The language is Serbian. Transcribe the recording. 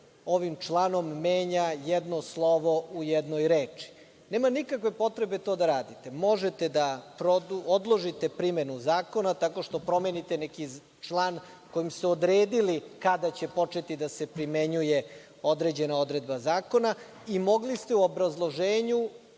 ovim članom menja jedno slovo u jednoj reči. Nema nikakve potreba to da radite. Možete da odložite primenu zakona, tako što promenite neki član kojim ste odredili kada će početi da se primenjuje određena odredba zakona i mogli ste u obrazloženju